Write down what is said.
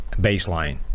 baseline